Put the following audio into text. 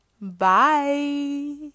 bye